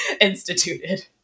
instituted